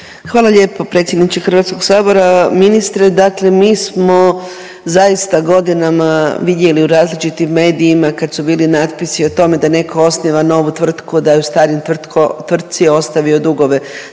Hvala lijepo predsjedniče Hrvatskog sabora. Ministre, dakle mi smo zaista godinama vidjeli u različitim medijima kad su bili natpisi o tome da netko osniva novu tvrtku, da je u staroj tvrtci ostavio dugove